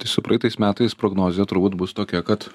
tai su praeitais metais prognozė turbūt bus tokia kad